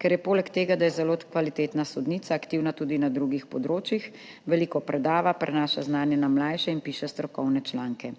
ker je poleg tega, da je zelo kvalitetna sodnica, aktivna tudi na drugih področjih, veliko predava, prenaša znanje na mlajše in piše strokovne članke.«